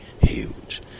huge